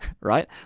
right